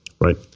Right